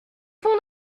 pont